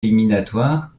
éliminatoires